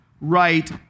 right